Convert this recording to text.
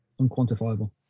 unquantifiable